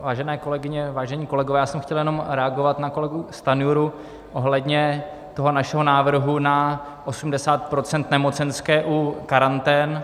Vážené kolegyně, vážení kolegové, já jsem chtěl jenom reagovat na kolegu Stanjuru ohledně toho našeho návrhu na 80 % nemocenské u karantén.